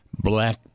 black